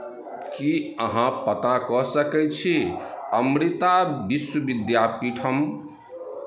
की अहाँ पता कऽ सकैत छी अमृता विश्वविद्यापीठम